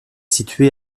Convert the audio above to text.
situé